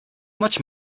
much